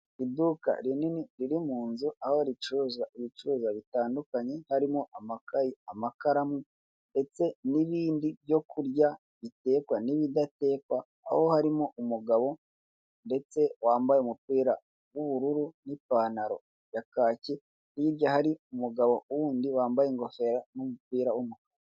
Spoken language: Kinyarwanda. Iduka rinini ruri munzu, aho ricuruza ibicuruzwa bitandukanye, harimo Amakaye, amakaramu, ndetse n'ibindi byo kurya bitekwa n'ibidatekwa, aho harimo umugabo ndetse wambaye umupira w'ubururu n'ipantaro ya kacye, hirya hari umugabo wundi, wambaye ingofero n'(umupira w....)